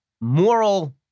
moral